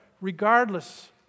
regardless